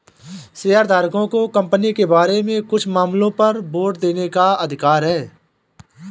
शेयरधारकों को कंपनी के बारे में कुछ मामलों पर वोट देने का अधिकार है